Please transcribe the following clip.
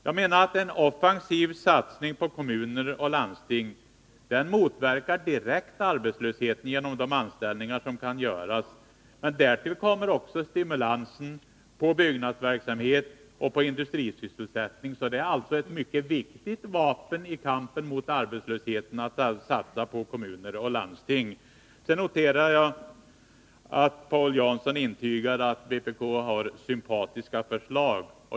Jag menar att en offensiv satsning på kommuner och landsting direkt motverkar arbetslösheten genom de anställningar som kan göras. Därtill kommer också stimulansen på byggnadsverksamhet och på industrisysselsättning. Att satsa på kommuner och landsting är alltså ett mycket viktigt vapen i kampen mot arbetslösheten. Sedan noterar jag att Paul Jansson intygade att vpk har sympatiska förslag.